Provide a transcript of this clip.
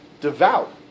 devout